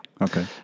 Okay